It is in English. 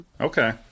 Okay